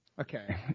Okay